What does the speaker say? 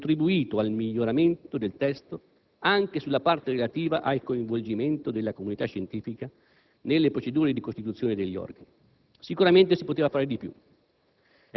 che ha contribuito al miglioramento del testo anche sulla parte relativa al coinvolgimento della comunità scientifica nelle procedure di costituzione degli organi. Sicuramente si poteva fare di più.